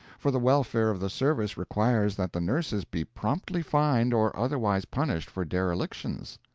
for the welfare of the service requires that the nurses be promptly fined or otherwise punished for derelictions.